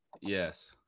Yes